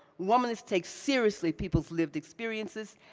womanist takes seriously people's lived experiences,